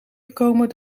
gekomen